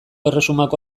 erresumako